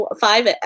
five